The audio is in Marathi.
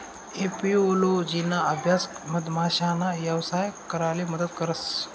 एपिओलोजिना अभ्यास मधमाशासना यवसाय कराले मदत करस